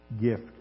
gift